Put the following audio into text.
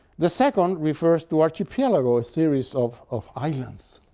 the second refers to archipelago a series of of islands.